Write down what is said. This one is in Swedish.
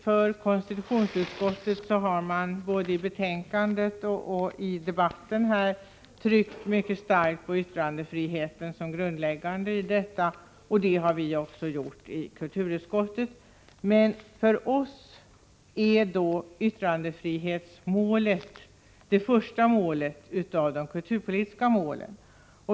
Från konstitutionsutskottet har man helt naturligt både i betänkandet och i debatten tryckt mycket starkt på yttrandefriheten som något grundläggande. Detta har vi också gjort i kulturutskottet. För oss är emellertid yttrandefrihetsmålet det första av de kulturhistoriska målen.